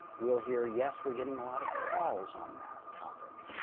we'll hear, yes, we're getting a lot of calls on that topic.